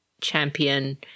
champion